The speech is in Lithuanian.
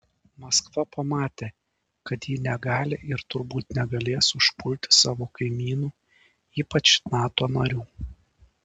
maskva pamatė kad ji negali ir turbūt negalės užpulti savo kaimynų ypač nato narių